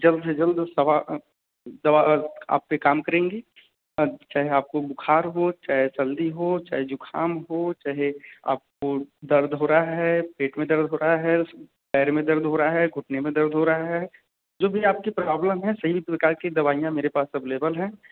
जल्द से जल्द उस दवा दवा का आप पर काम करेगी चाहे आपको बुख़ार हो चाहे सर्दी हो चाहे ज़ुख़ाम हो चाहे आपको दर्द हो रहा है पेट में दर्द हो रहा है पैर में दर्द हो रहा है घुटने में दर्द हो रहा है जो भी आपकी प्रॉब्लम है सभी प्रकार की दवाइयाँ मेरे पास अवेलेबल है